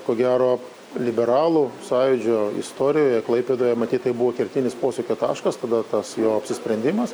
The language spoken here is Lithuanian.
ko gero liberalų sąjūdžio istorijoje klaipėdoje matyt tai buvo kertinis posūkio taškas tada tas jo apsisprendimas